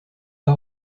pas